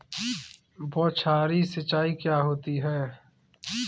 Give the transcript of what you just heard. बौछारी सिंचाई क्या होती है?